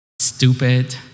stupid